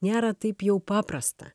nėra taip jau paprasta